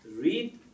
Read